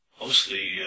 Mostly